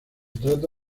trata